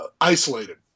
isolated